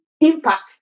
impact